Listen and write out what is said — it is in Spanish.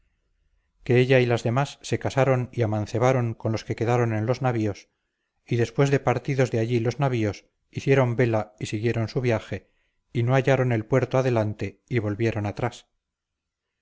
que ella y las demás se casaron y amancebaron con los que quedaron en los navíos y después de partidos de allí los navíos hicieron vela y siguieron su viaje y no hallaron el puerto adelante y volvieron atrás